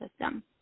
system